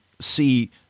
See